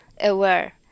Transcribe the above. aware